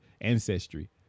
ancestry